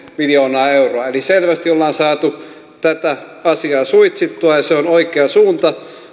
miljoonaa euroa eli selvästi ollaan saatu tätä asiaa suitsittua ja se on oikea suunta